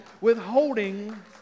withholding